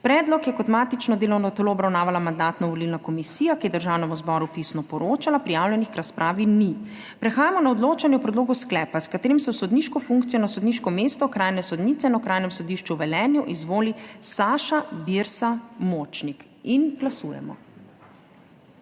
Predlog je kot matično delovno telo obravnavala Mandatno-volilna komisija, ki je Državnemu zboru pisno poročala. Prijavljenih k razpravi ni. Prehajamo na odločanje o predlogu sklepa, s katerim se v sodniško funkcijo na sodniško mesto okrajne sodnice na Okrajnem sodišču v Velenju izvoli Saša Birsa Močnik. Glasujemo.